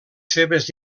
seves